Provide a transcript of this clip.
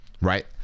Right